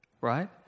Right